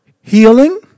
healing